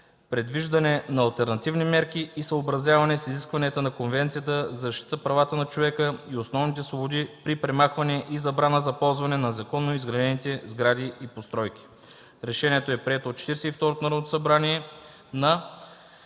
предвиждане на алтернативни мерки и съобразяване с изискванията на Конвенцията за защита правата на човека и основните свободи при премахване и забраната за ползване на незаконно изградени сгради и постройки.” Решението е прието от Четиридесет